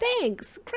Thanks